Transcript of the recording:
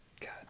God